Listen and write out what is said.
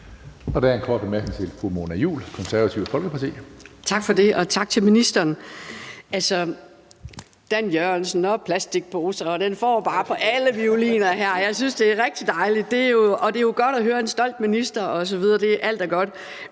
og global klimapolitik og om plastikposer, og den får bare på alle violiner her. Jeg synes, det er rigtig dejligt, og det er jo godt at høre en stolt minister osv. Alt er godt.